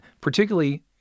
particularly